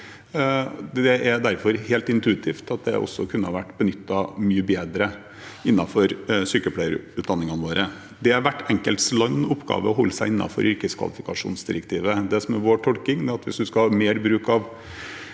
Det er derfor helt intuitivt at det også kunne ha vært benyttet mye bedre innenfor sykepleierutdanningene våre. Det er hvert enkelt lands oppgave å holde seg innenfor yrkeskvalifikasjonsdirektivet. Det som er vår klare forståelse, er at hvis man skal ha mer bruk av